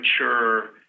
mature